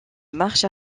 marche